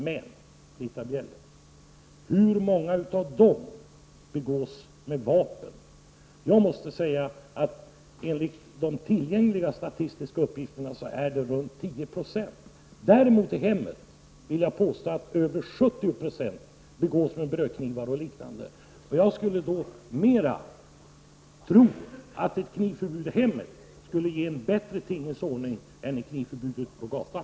Men, Britta Bjelle, hur många av dessa brott begås med vapen? Enligt tillgänglig statistik handlar det om ca 10 96. Däremot vill jag påstå att över 70 90 av brotten i hemmen begås med brödknivar och liknande föremål. Jag tror därför att ett förbud mot att bära kniv i hemmet skulle ge en bättre tingens ordning än ett förbud mot att bära kniv på gatan.